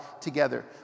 together